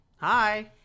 Hi